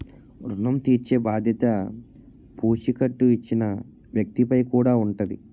ఋణం తీర్చేబాధ్యత పూచీకత్తు ఇచ్చిన వ్యక్తి పై కూడా ఉంటాది